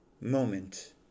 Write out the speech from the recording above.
moment